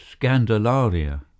Scandalaria